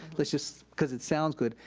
let's just, cause it sounds good,